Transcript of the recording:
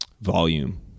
volume